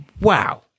Wow